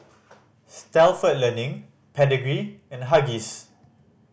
Stalford Learning Pedigree and Huggies